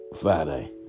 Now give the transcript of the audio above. Friday